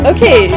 Okay